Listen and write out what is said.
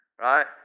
right